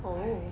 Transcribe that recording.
oh